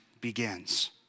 begins